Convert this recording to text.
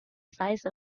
size